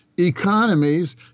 economies